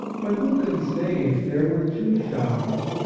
but who can say if there were two showers,